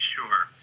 Sure